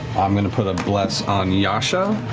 i'm going to put a bless on yasha.